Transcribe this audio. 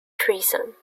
treason